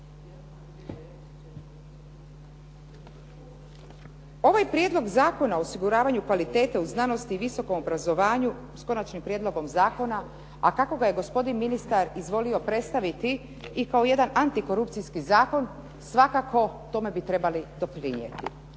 Ovaj Prijedlog zakona o osiguravanju kvalitete u znanosti i visokom obrazovanju s konačnim prijedlogom zakona a kako ga je gospodin ministar izvolio predstaviti i kao jedan antikorupcijski zakon svakako tome bi trebali doprinijeti.